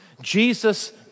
Jesus